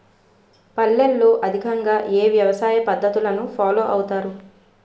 పల్లెల్లో అధికంగా ఏ వ్యవసాయ పద్ధతులను ఫాలో అవతారు?